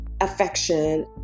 affection